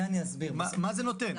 מה זה נותן.